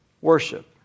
worship